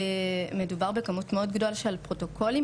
מדובר בכמות מאוד גדולה של פרוטוקולים,